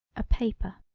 a paper.